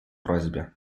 просьбе